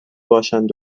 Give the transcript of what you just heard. باشند